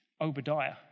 Obadiah